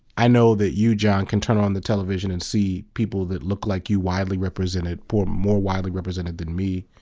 i know that you, john, can turn on the television and see people that look like you widely represented, more more widely represented than me.